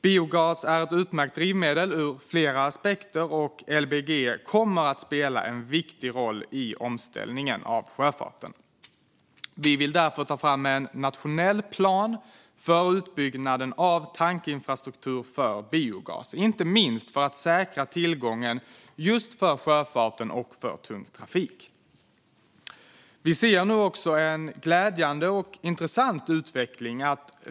Biogas är ett utmärkt drivmedel ur flera aspekter, och LBG kommer att spela en viktig roll i omställningen av sjöfarten. Vi vill därför ta fram en nationell plan för utbyggnaden av tankinfrastruktur för biogas, inte minst för att säkra tillgången för just sjöfarten och för tung trafik. Vi ser nu en glädjande och intressant utveckling.